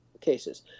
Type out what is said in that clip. cases